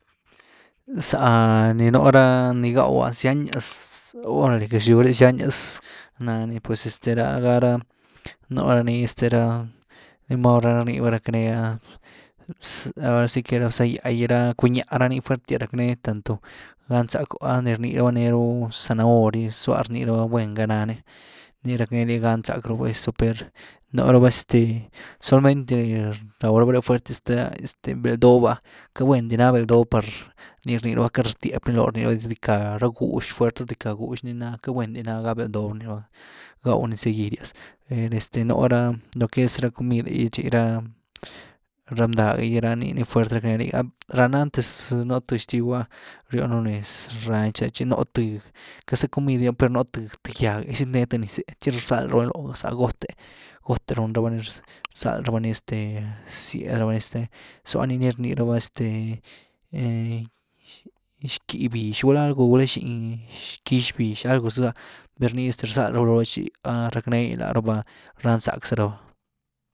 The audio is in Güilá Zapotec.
Zá nii núu ra ni gaw’ah zyanias, orale, gëxliw ré, zyanias naa ni pues este ra’ gára, nu ra nii este rá nii máru rni rabá racknee’ah ahora si que rá zbáh gýa’gy ra cuñya’gy ni fuertias racknee tanto gáan zacku ah ni rni rabá néruu zanahory’gy, zlwá rnii rabá guen gá nany, nii rack nee ny gán zack rucku per nu rabá este, solamente ni raw raba fuertyas ré ztë’ah, este beld dób’ah, queity gend di ná beld dób par ni rnii rabá queity rtiap ni loor ni raba rdíckah ra bgúx, fuert ru rdycka bgux ni, ni ná queity guen di na’ga beld dób rnii rabá gáw’në seguidias, per este nú ra lo que es comid’e gy tchi rá-ra mndag’e gy ra, nii ni fuert rácknee liga, rána antes nú th xtiwa rýohnu nez ranch re. tchi nú th, quiety za comid dy ah per nú th gýag’e zitnee th niz’e tchi rxald rabani bzalo’h za got’e- got’e run rabá ni, rzald raba ni este zýee raba ni este, zo a nii ni rni raba este xký’ bix, gulá algo gulá xkyx bix algo zia per ni este rzáld rabá loo raba racknee ni laraba rán zack za raba.